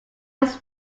was